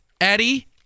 Eddie